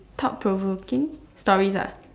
thought provoking stories ah